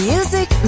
Music